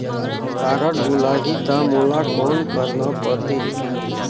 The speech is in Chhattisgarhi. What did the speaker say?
कारड भुलाही ता मोला कौन करना परही?